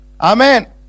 amen